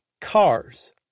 Cars